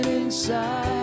inside